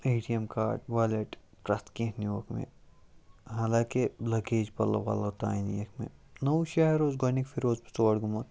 A T M card wallet پرٛیٚتھ کیٚنٛہہ نیٛووُکھ مےٚ حالانٛکہِ لَگیج پَلوٚو وَلوٚو تانۍ نِیِیِکھ مےٚ نوٚو شہر اوس گۄڈٕنِکۍ پھِرۍ اوسُس بہٕ تور گوٚمُت